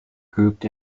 grouped